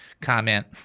comment